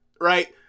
Right